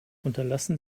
unterlassen